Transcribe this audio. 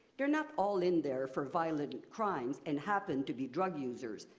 they're not all in there for violent crimes, and happen to be drug users.